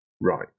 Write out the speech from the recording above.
right